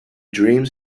dreams